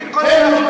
אני מבין כל מלה שלך,